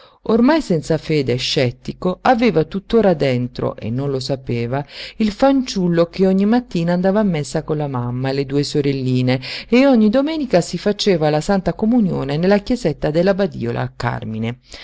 ormai senza fede e scettico aveva tuttora dentro e non lo sapeva il fanciullo che ogni mattina andava a messa con la mamma e le due sorelline e ogni domenica si faceva la santa comunione nella chiesetta della badiola al carmine